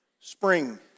spring